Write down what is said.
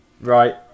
right